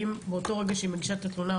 באותו רגע שהיא מגישה את התלונה,